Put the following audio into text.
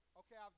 okay